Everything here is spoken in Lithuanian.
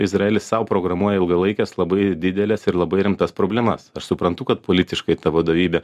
izraelis sau programuoja ilgalaikes labai dideles ir labai rimtas problemas aš suprantu kad politiškai ta vadovybė